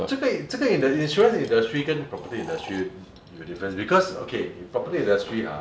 这个这个 in~ insurance industry and property industry 有 difference because okay property industry ah